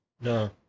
No